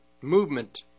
movement